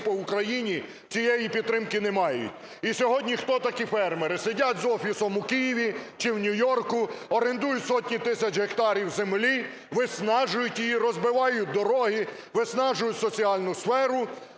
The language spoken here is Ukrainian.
по Україні цієї підтримки не мають. І сьогодні хто такі фермери? Сидять з офісом у Києві чи в Нью-Йорку, орендують сотні тисяч гектарів землі, виснажують її, розбивають дороги, виснажують соціальну сферу,